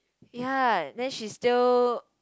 ya then she still